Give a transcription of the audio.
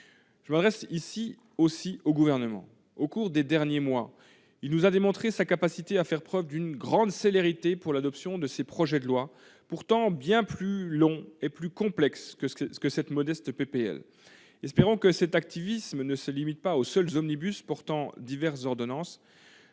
m'adresser ici au Gouvernement : au cours des derniers mois, il nous a démontré sa capacité à faire preuve d'une grande célérité pour l'adoption de ses projets de loi, pourtant bien plus longs et complexes que cette modeste proposition de loi. Espérons que cet activisme ne se limite pas aux seuls textes omnibus portant habilitations